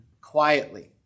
quietly